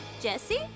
Jesse